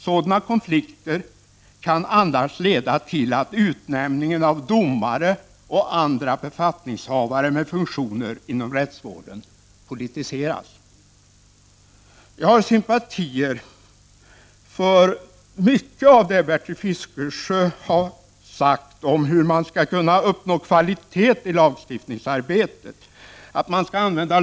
Sådana konflikter kan annars leda till att utnämningar av domare och andra befattningshavare med funktioner inom rättsvården politiseras. Jag har sympatier för mycket av det som Bertil Fiskesjö har sagt om hur man skall kunna uppnå kvalitet i lagstiftningsarbetet.